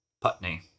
Putney